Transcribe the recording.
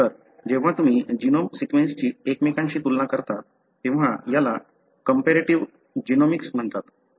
तर जेव्हा तुम्ही जीनोम सीक्वेन्सची एकमेकांशी तुलना करता तेव्हा याला कंपॅरेटिव्ह जीनोमिक्स म्हणतात